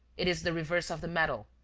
it is the reverse of the medal.